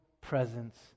presence